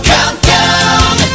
Countdown